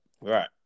Right